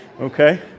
Okay